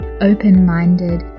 open-minded